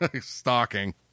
Stalking